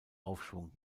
aufschwung